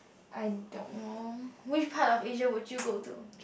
I don't know which part of Asia would you go to